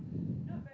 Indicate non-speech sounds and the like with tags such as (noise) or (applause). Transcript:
(breath)